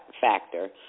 factor